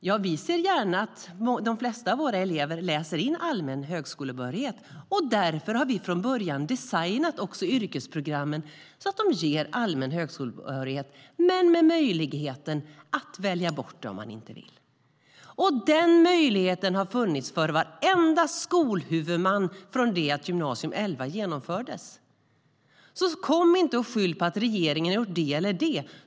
De sa: Vi ser gärna att de flesta av våra elever läser in allmän högskolebehörighet, och därför har vi från början designat också yrkesprogrammen så att de ger allmän högskolebehörighet men med möjlighet att välja bort det om man vill. Denna möjlighet har funnits för varenda skolhuvudman från det att Gy 2011 genomfördes. Kom inte och skyll på att regeringen har gjort det eller det!